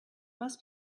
must